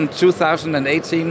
2018